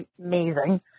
amazing